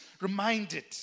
reminded